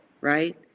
right